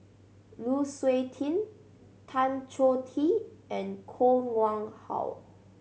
Lu Suitin Tan Choh Tee and Koh Nguang How